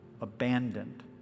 abandoned